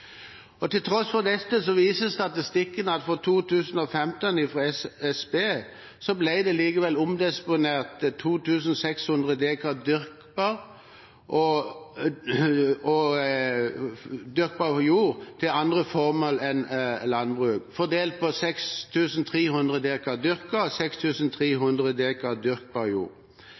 Til tross for dette viser statistikken for 2015 fra SSB at det likevel ble omdisponert 12 600 dekar dyrket og dyrkbar jord til andre formål enn landbruk – fordelt på 6 300 dekar dyrket jord og 6 300 dyrkbar jord.